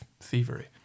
thievery